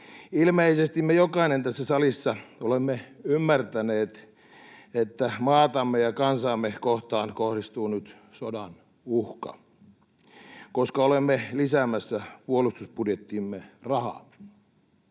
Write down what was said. ilmeisesti me jokainen tässä salissa olemme ymmärtäneet, että maatamme ja kansaamme kohtaan kohdistuu nyt sodan uhka, koska olemme lisäämässä puolustusbudjettiimme rahaa.